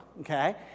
okay